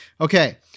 Okay